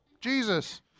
Jesus